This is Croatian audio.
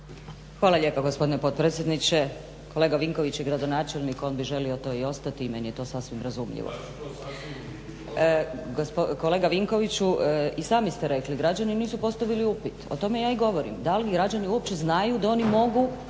Hvala lijepo gospodine potpredsjedniče. Kolega Vinković je gradonačelnik, on bi želio to i ostati i meni je to sasvim razumljivo. Kolega Vinkoviću i sami ste rekli građani nisu postavili upit, o tome ja i govorim, da li građani uopće znaju da oni nogu